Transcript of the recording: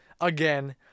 again